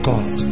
God